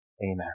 Amen